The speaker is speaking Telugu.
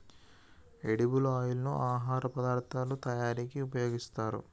ఎడిబుల్ ఆయిల్ ను ఆహార పదార్ధాల తయారీకి ఉపయోగిస్తారు